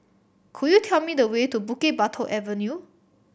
could you tell me the way to Bukit Batok Avenue